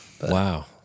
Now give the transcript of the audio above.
Wow